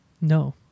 No